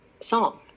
song